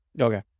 Okay